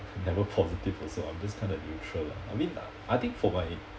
I'm never positive also I'm just kind of neutral lah I mean I think for my